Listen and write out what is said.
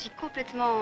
complètement